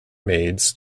maids